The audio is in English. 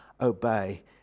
obey